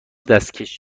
دستکش